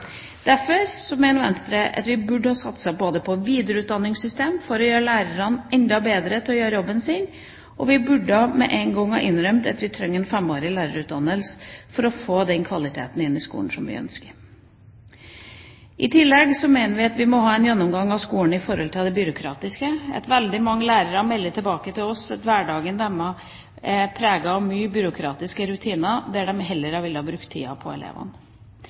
Derfor mener Venstre at vi burde ha satset på videreutdanningssystemet for å gjøre lærerne enda bedre til å gjøre jobben sin, og vi burde med en gang ha innrømmet at vi trenger en femårig lærerutdannelse for å få den kvaliteten i skolen som vi ønsker. I tillegg mener vi at vi må ha en gjennomgang av skolen i forhold til det byråkratiske. Veldig mange lærere melder tilbake til oss at hverdagen deres er preget av mange byråkratiske rutiner, og at de heller hadde villet bruke tida på elevene.